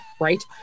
Right